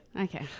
Okay